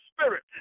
spirit